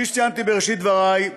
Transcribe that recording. כפי שציינתי בראשית דברי,